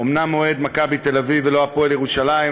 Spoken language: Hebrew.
אומנם אוהד "מכבי תל-אביב" ולא "הפועל ירושלים",